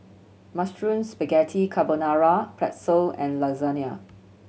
Mushroom Spaghetti Carbonara Pretzel and Lasagna